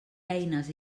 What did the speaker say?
eines